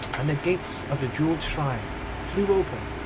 and the gates of the jewelled shrine flew open,